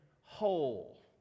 whole